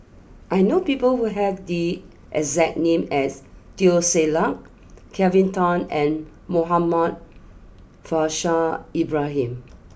I know people who have the exact name as Teo Ser Luck Kelvin Tan and Muhammad Faishal Ibrahim